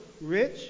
rich